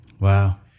Wow